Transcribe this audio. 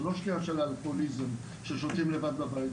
זה לא שתייה של אלכוהוליזם ששותים לבד בבית,